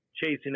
chasing